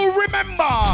remember